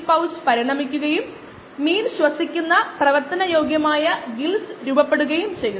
1 ശതമാനമായി കുറയ്ക്കുന്നതിന് എടുത്ത സമയം